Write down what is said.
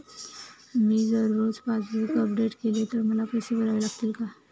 मी जर रोज passbook update केले तर मला पैसे भरावे लागतील का?